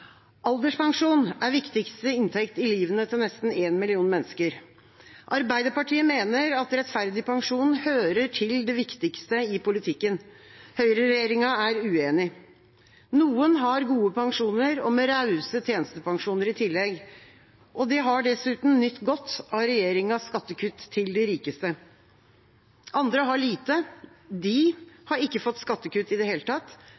Alderspensjon er viktigste inntekt i livet til nesten én million mennesker. Arbeiderpartiet mener at rettferdig pensjon hører til det viktigste i politikken. Høyre-regjeringa er uenig. Noen har gode pensjoner, med rause tjenestepensjoner i tillegg, og de har dessuten nytt godt av regjeringas skattekutt til de rikeste. Andre har lite. De har ikke fått skattekutt i det hele tatt.